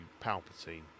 Palpatine